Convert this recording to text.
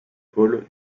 paul